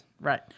right